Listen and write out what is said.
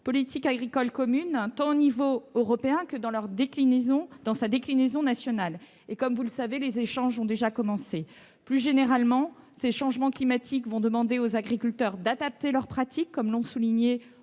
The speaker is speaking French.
politique agricole commune, tant à l'échelon européen que dans sa déclinaison nationale. Comme vous le savez, les échanges ont déjà commencé. Plus généralement, ces changements climatiques demanderont aux agriculteurs d'adapter leurs pratiques, comme l'ont souligné